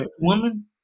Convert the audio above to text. Woman